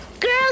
Girls